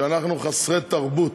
שאנחנו חסרי תרבות.